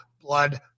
blood